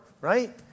right